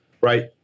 right